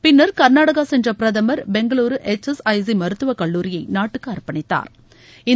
பின்னர் காநாடகா சென்ற பிரதமர் Bengaluru H S I C மருத்துவக் கல்லூரியை நாட்டுக்கு அர்ப்பணித்தாா்